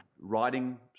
writing